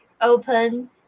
open